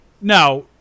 Now